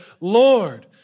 Lord